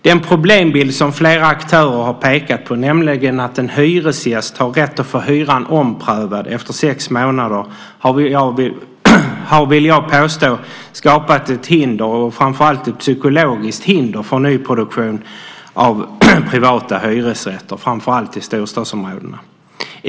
Den problembild som flera aktörer har pekat på, nämligen att en hyresgäst har rätt att få hyran omprövad efter sex månader vill jag påstå har skapat ett hinder, framför allt ett psykologiskt hinder, för nyproduktion av privata hyresrätter framför allt i storstadsområdena.